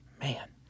Man